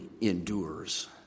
endures